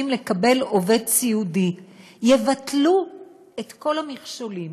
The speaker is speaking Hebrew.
לקבל עובד סיעודי יבטלו את כל המכשולים